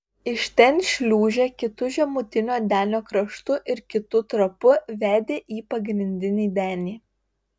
iš ten šliūžė kitu žemutinio denio kraštu ir kitu trapu vedė į pagrindinį denį